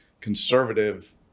conservative